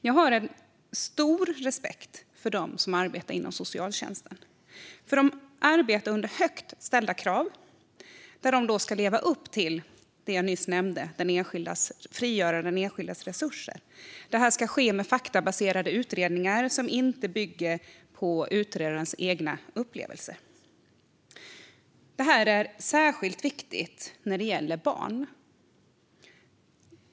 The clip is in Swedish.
Jag har stor respekt för dem som arbetar inom socialtjänsten. De arbetar under högt ställda krav och ska leva upp till det jag nyss nämnde och frigöra den enskildas resurser. Detta ska ske med faktabaserade utredningar som inte bygger på utredarens egna upplevelser. Det här är särskilt viktigt när det gäller barn.